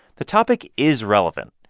the topic is relevant,